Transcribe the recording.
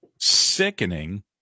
Sickening